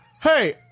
Hey